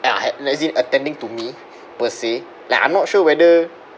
ah legit attending to me per se like I'm not sure whether